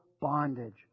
bondage